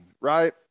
right